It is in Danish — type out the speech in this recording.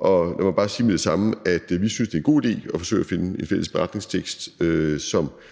og lad mig bare sige med det samme, at vi synes, det er en god idé at forsøge at finde en fælles beretningstekst, som